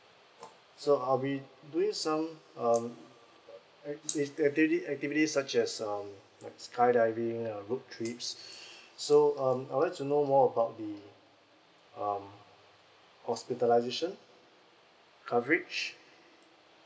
so I'll be doing some act is daily activities such as um like skydiving uh road trips so um I'd like to know more about the um hospitalisation coverage